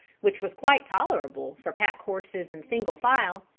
which was quite tolerable for pack-horses in single file,